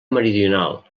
meridional